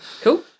Cool